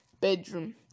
bedroom